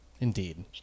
Indeed